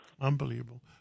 Unbelievable